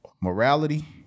Morality